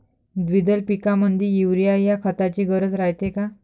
द्विदल पिकामंदी युरीया या खताची गरज रायते का?